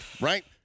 right